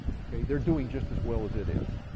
okay? they're doing just as well as it is.